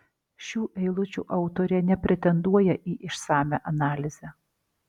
šių eilučių autorė nepretenduoja į išsamią analizę